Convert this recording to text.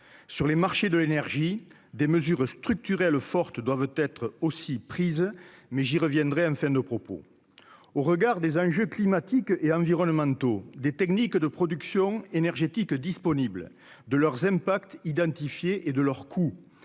sur les marchés de l'énergie, des mesures structurelles fortes doivent être aussi prise mais j'y reviendrai, enfin nos propos au regard des enjeux climatiques et environnementaux des techniques de production énergétique disponible de leurs impacts identifier et de leur coût